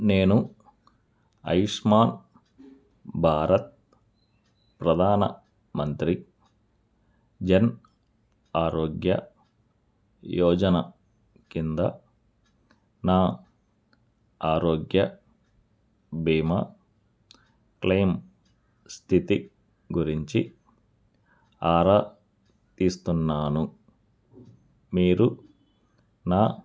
నేను ఆయుష్మాన్ భారత్ ప్రధాన మంత్రి జన్ ఆరోగ్య యోజన క్రింద నా ఆరోగ్య బీమా క్లెయిమ్ స్థితి గురించి ఆరా తీస్తున్నాను మీరు నా